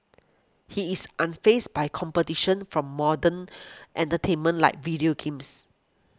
he is unfazed by competition from modern entertainment like video games